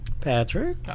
Patrick